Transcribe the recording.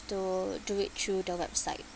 to do it through the website